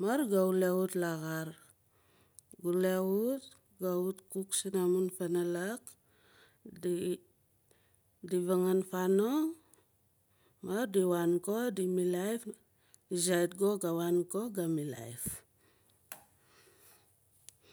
maar ga wule wut laaxar wule wut ga wut xook si na mun vunalak di vangan fanong ma di wan ko di milaaif ni zait ko ga wan ko ga milaaif